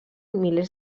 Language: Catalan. milers